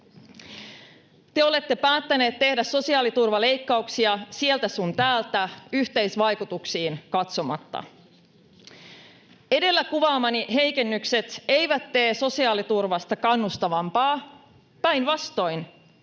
Te olette päättäneet tehdä sosiaaliturvaleikkauksia sieltä sun täältä yhteisvaikutuksiin katsomatta. Edellä kuvaamani heikennykset eivät tee sosiaaliturvasta kannustavampaa, päinvastoin: